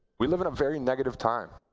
we live in a very negative time.